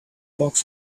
box